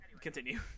Continue